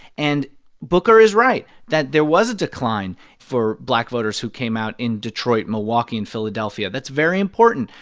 and booker is right that there was a decline for black voters who came out in detroit, milwaukee and philadelphia. that's very important.